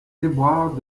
déboires